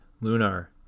Lunar